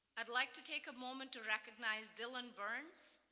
i'd like to take a moment to recognize dylan burns,